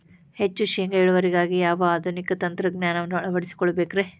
ಹೆಚ್ಚು ಶೇಂಗಾ ಇಳುವರಿಗಾಗಿ ಯಾವ ಆಧುನಿಕ ತಂತ್ರಜ್ಞಾನವನ್ನ ಅಳವಡಿಸಿಕೊಳ್ಳಬೇಕರೇ?